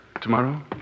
tomorrow